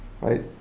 right